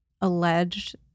alleged